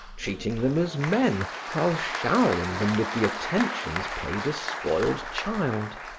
treating them as men while showering them with the attentions paid a spoiled child.